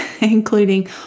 including